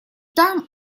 там